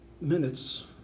minutes